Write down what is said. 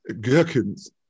gherkins